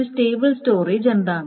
ഒരു stable storage എന്താണ്